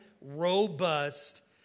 robust